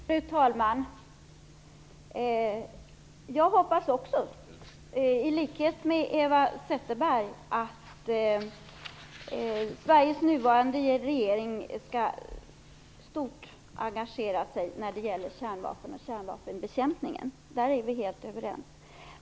Fru talman! Jag hoppas också, i likhet med Eva Zetterberg, att Sveriges nuvarande regering skall engagera sig starkt när det gäller kärnvapen och kärnvapenbekämpningen. Där är vi helt överens.